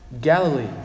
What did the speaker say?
Galilee